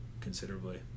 considerably